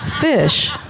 Fish